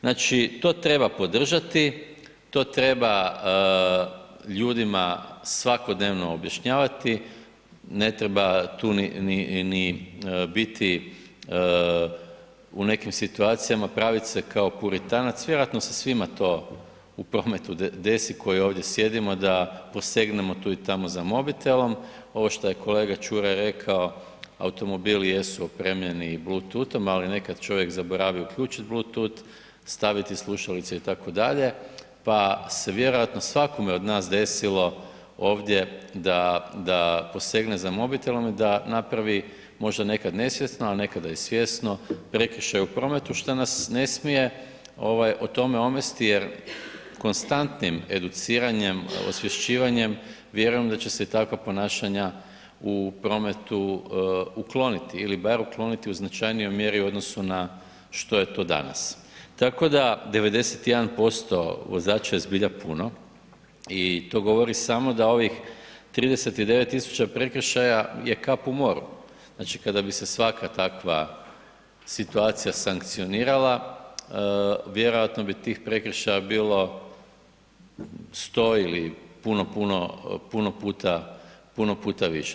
Znači, to treba podržati, to treba ljudima svakodnevno objašnjavati, ne treba tu ni, ni, ni biti u nekim situacijama pravit se kao Puritanac, vjerojatno se to svima u prometu desi koji ovdje sjedimo da posegnemo tu i tamo za mobitelom, ovo što je kolega Čuraj rekao, automobili jesu opremljeni Bleutooth-om, ali nekad čovjek zaboravi uključit Bleutooth, staviti slušalice itd., pa se vjerojatno svakome od nas desilo ovdje da, da posegne za mobitelom i da napravi možda nekad nesvjesno, a nekada i svjesno prekršaj u prometu šta nas ne smije o tome omesti jer konstantnim educiranjem, osvješćivanjem vjerujem da će se i takva ponašanja u prometu ukloniti ili bar ukloniti u značajnijoj mjeri u odnosu na što je to danas, tako da 91% vozača je zbilja puno i to govori samo da ovih 39 000 prekršaja je kap u moru, znači kada bi se svaka takva situacija sankcionirala, vjerojatno bi tih prekršaja bilo 100 ili puno, puno, puno puta, puno puta više.